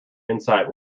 insight